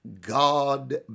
God